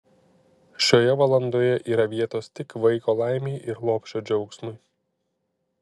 šioje valandoje yra vietos tik vaiko laimei ir lopšio džiaugsmui